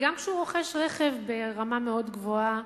וגם כשהוא רוכש רכב ברמה מאוד גבוהה,